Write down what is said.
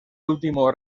último